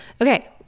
Okay